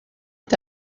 est